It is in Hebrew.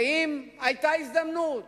ואם היתה הזדמנות